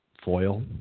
Foil